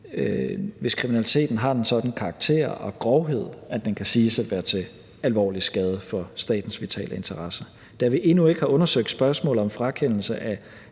hvis kriminaliteten har en sådan karakter og grovhed, at den kan siges at være til alvorlig skade for statens vitale interesser. Da vi endnu ikke har undersøgt spørgsmålet om frakendelse af